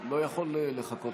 אם כן, אנחנו עוברים להצעת